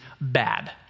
bad